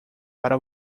para